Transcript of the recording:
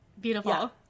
beautiful